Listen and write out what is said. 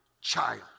child